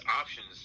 options